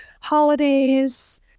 holidays